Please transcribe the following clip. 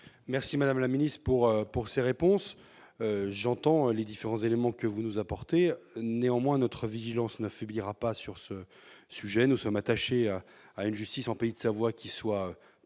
remercie, madame la ministre, de ces réponses. J'entends les différents éléments que vous nous apportez. Néanmoins, notre vigilance ne faiblira pas sur ce sujet. Nous sommes attachés, en pays de Savoie, à